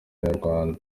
nyarwanda